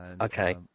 Okay